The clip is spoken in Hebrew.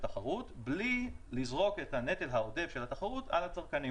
תחרות בלי לזרוק את הנטל העודף של התחרות על הצרכנים.